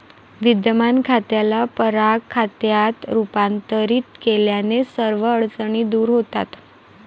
विद्यमान खात्याला पगार खात्यात रूपांतरित केल्याने सर्व अडचणी दूर होतात